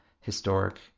historic